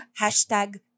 Hashtag